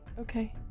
Okay